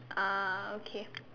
ah okay